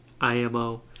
imo